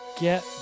Get